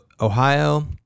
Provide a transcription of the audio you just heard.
Ohio